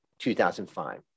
2005